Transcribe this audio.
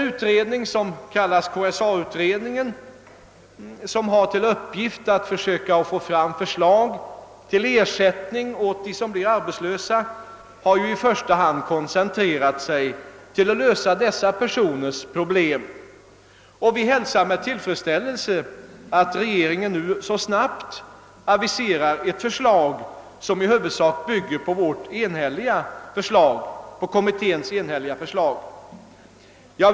KSA-utredningen, som har till uppgift att försöka åstadkomma förslag till ersättning åt dem som blir arbetslösa, har ju i första hand koncentrerat sig på att lösa den äldre arbetskraftens problem, och vi hälsar med tillfredsställelse att regeringen så snabbt aviserar en proposition, som i huvudsak bygger på kommitténs enhälliga förslag.